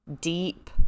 deep